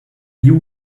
you